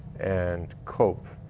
and cope,